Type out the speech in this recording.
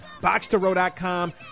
BoxToRow.com